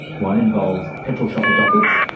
one involves petrol shopper dockets,